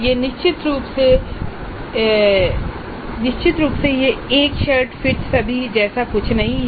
यह निश्चित रूप से यह एक शर्ट फिट सभी जैसा कुछ नहीं है